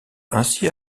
ainsi